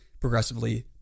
progressively